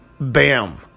Bam